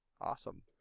Awesome